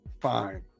fine